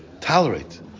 tolerate